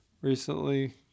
recently